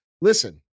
Listen